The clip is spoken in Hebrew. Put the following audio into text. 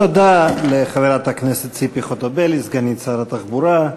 תודה לחברת הכנסת ציפי חוטובלי, סגנית שר התחבורה.